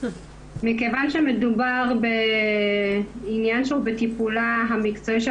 מכיוון שמדובר בעניין שהוא בטיפולה המקצועי של